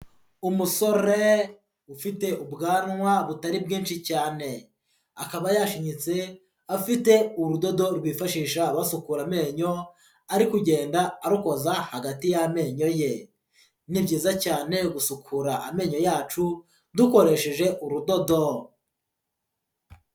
umusore ufite ubwanwa butari bwinshi cyane, akaba yashinyutse afite urudodo rwifashisha basukura amenyo ari kugenda arukoza hagati y'amenyo ye, ni byiza cyane gusukura amenyo yacu dukoresheje urudodoro.